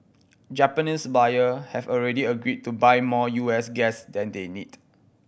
Japanese buyer have already agreed to buy more U S gas than they need